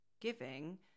giving